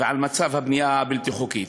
ועל מצב הבנייה הבלתי-חוקית.